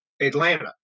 Atlanta